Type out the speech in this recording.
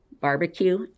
barbecue